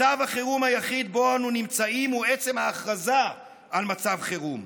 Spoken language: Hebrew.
מצב החירום היחיד שבו אנו נמצאים הוא עצם ההכרזה על מצב חירום.